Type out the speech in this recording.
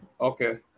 Okay